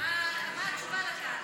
מה התשובה לכך?